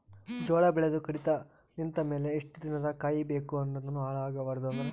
ಜೋಳ ಬೆಳೆದು ಕಡಿತ ನಿಂತ ಮೇಲೆ ಎಷ್ಟು ದಿನ ಕಾಯಿ ಬೇಕು ಅದನ್ನು ಹಾಳು ಆಗಬಾರದು ಅಂದ್ರ?